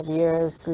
years